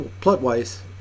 plot-wise